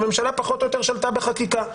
הממשלה פחות או יותר שלטה בחקיקה.